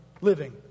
Living